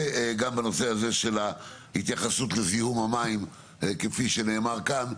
וגם בנושא הזה של ההתייחסות לזיהום המים כפי שנאמר כאן,